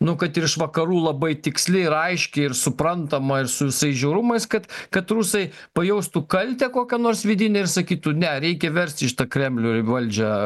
nu kad ir iš vakarų labai tiksli ir aiški ir suprantama ir su visais žiaurumais kad kad rusai pajaustų kaltę kokią nors vidinę ir sakytų ne reikia versti šitą kremlių valdžią